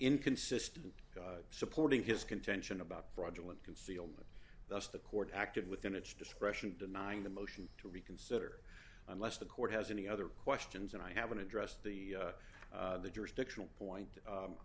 inconsistent supporting his contention about fraudulent concealment thus the court acted within its discretion denying the motion to reconsider unless the court has any other questions and i haven't addressed the jurisdictional point